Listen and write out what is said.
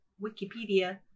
wikipedia